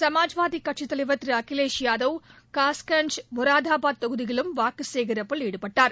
சமாஜ்வாதி கட்சித் தலைவர் திரு அகிலேஷ் யாதவ் கஷ்கஞ்ச் மொரதாபாத் தொகுதியிலும் வாக்கு சேகரிப்பில் ஈடுபட்டார்